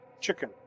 CHICKEN